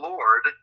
Lord